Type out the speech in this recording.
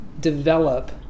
develop